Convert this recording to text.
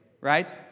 Right